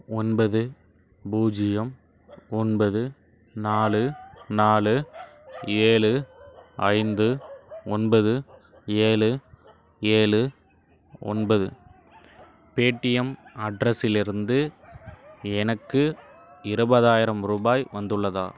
ஒன்பது பூஜ்ஜியம் ஒன்பது நாலு நாலு ஏழு ஐந்து ஒன்பது ஏழு ஏழு ஒன்பது பேடிஎம் அட்ரஸிலிருந்து எனக்கு இருபதாயிரம் ரூபாய் வந்துள்ளதா